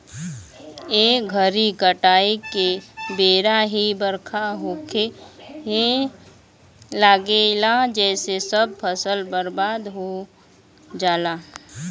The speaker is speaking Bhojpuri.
ए घरी काटाई के बेरा ही बरखा होखे लागेला जेसे सब फसल बर्बाद हो जाला